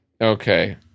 Okay